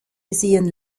gesehen